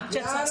בעיני.